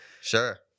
Sure